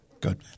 Good